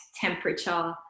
temperature